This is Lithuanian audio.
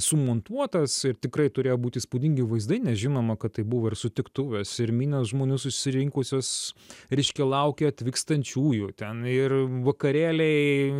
sumontuotas ir tikrai turėjo būt įspūdingi vaizdai nes žinoma kad tai buvo ir sutiktuvės ir minias žmonių susirinkusios reiškia laukė atvykstančiųjų ten ir vakarėliai